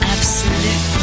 Absolute